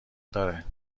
داره